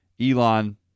Elon